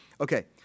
Okay